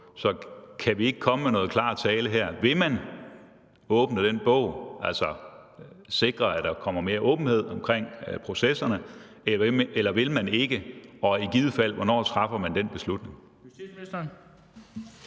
Så kan man ikke komme med noget klar tale her? Vil man åbne den bog, altså sikre, at der kommer mere åbenhed i processerne, eller vil man ikke, og hvornår træffer man den beslutning?